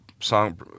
song